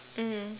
mm